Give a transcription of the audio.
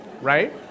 right